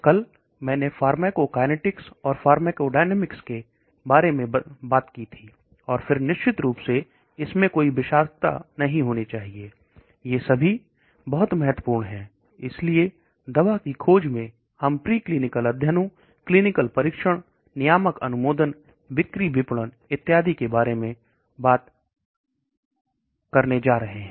कल मैंने फार्माकोकाइनेटिक्स और फार्माकोडायनेमिक्स के बारे में बात की थी और फिर निश्चित रूप से इसमें कोई आप पता नहीं होनी चाहिए यह सभी बहुत महत्वपूर्ण है इसलिए दवा की खोज में हम केवल प्रीक्लिनिकल अध्ययनों क्लीनिकल परीक्षण नियामक अनुमोदन विश्व वितरण इत्यादि के बारे में बात नहीं करने जा रहे हैं